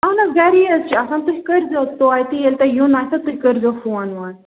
اَہَن حظ گَری حظ چھِ آسان تُہۍ کٔرۍزیٚو توتہِ ییٚلہِ تۅہہِ یُن آسوٕ تُہۍ کٔرۍزیوٚ فون وون